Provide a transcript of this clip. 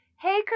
Hey